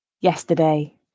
Yesterday